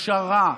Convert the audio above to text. ישרה,